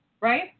right